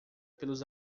pelos